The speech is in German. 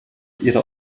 ihre